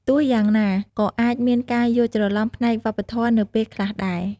ទោះយ៉ាងណា ក៏អាចមានការយល់ច្រឡំផ្នែកវប្បធម៌នៅពេលខ្លះដែរ។